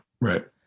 right